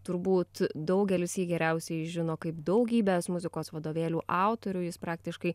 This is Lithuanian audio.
turbūt daugelis jį geriausiai žino kaip daugybės muzikos vadovėlių autorių jis praktiškai